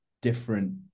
different